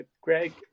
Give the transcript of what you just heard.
greg